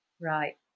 Right